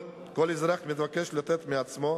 כל אזרח מתבקש לתת מעצמו,